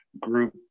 group